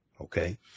Okay